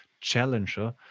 challenger